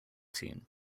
team